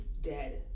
dead